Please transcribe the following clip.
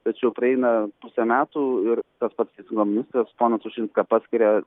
tačiau praeina pusė metų ir tas pats teisingumo ministras poną sušinską paskiria